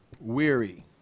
weary